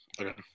Okay